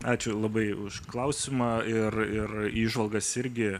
ačiū labai už klausimą ir ir įžvalgas irgi